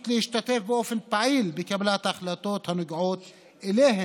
להשתתף באופן פעיל בקבלת ההחלטות הנוגעות אליהם",